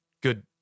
Good